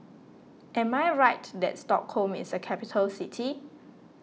am I right that Stockholm is a capital city